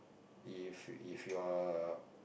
if if you are a